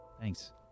thanks